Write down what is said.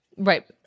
Right